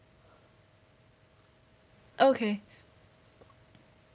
okay